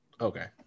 Okay